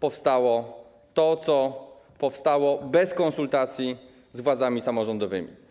powstało to, co powstało, i to bez konsultacji z władzami samorządowymi.